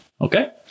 Okay